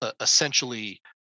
essentially